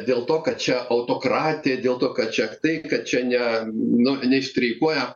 dėl to kad čia autokratija dėl to kad čia tai kad čia ne nu nei streikuoja